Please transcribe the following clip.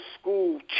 school